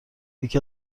یکی